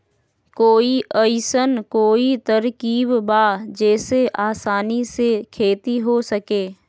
कोई अइसन कोई तरकीब बा जेसे आसानी से खेती हो सके?